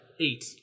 Eight